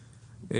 המסחר.